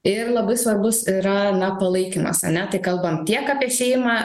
ir labai svarbus yra na palaikymas ane tai kalbant tiek apie šeimą